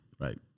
Right